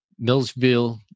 Millsville